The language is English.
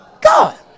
God